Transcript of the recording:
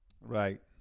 Right